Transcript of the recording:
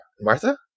Martha